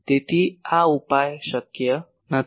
તેથી આ ઉપાય શક્ય નથી